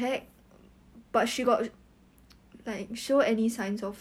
ya lor 我一天不洗头发我头晕不是头晕头痛 leh is like